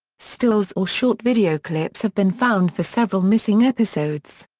stills or short video clips have been found for several missing episodes.